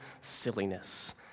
silliness